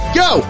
go